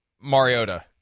Mariota